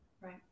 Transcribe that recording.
right